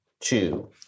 Two